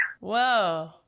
Whoa